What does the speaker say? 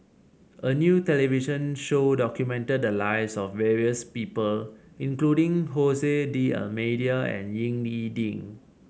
a new television show documented the lives of various people including Hose D'Almeida and Ying E Ding